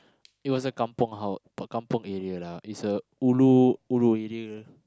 it was a kampung hou~ a kampung area lah it's a ulu ulu area